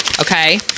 okay